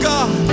God